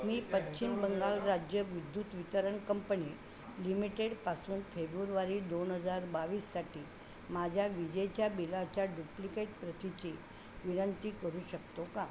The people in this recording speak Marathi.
मी पश्चिम बंगाल राज्य विद्युत वितरण कंपणी लिमिटेडपासून फेबुर्वारी दोन हजार बावीससाठी माझ्या विजेच्या बिलाच्या डुप्लिकेट प्रतीची विनंती करू शकतो का